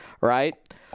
right